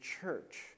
church